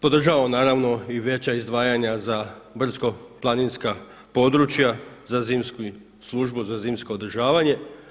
Podržavam naravno i veća izdvajanja za brdsko-planinska područja, za zimsku službu, za zimsko održavanje.